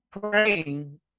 praying